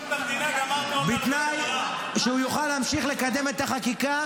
גמרתם את המדינה ----- שהוא יוכל להמשיך לקדם את החקיקה